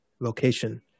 location